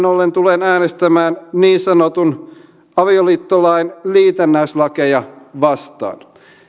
ollen tulen äänestämään niin sanotun avioliittolain liitännäislakeja vastaan